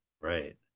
Right